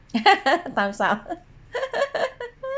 times up